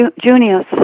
Junius